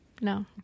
No